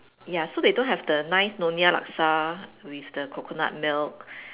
ya so they don't have the nice Nyonya laksa with the coconut milk